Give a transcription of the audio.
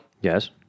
Yes